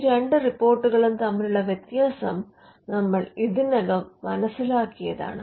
ഈ 2 റിപ്പോർട്ടുകൾ തമ്മിലുള്ള വ്യത്യാസം നമ്മൾ ഇതിനകം മനസ്സിലാക്കിയതാണ്